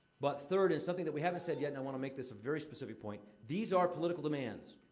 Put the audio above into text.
but third, and something that we haven't said yet and i wanna make this a very specific point these are political demands.